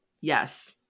Yes